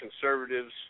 Conservatives